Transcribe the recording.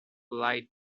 lied